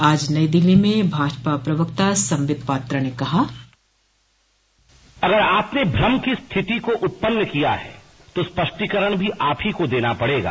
आज नई दिल्ली में भाजपा प्रवक्ता संबित पात्रा ने कहा अगर आपने भ्रम की स्थिति को उत्पन्न किया है तो स्पष्टीकरण भी आप ही को देना पड़ेगा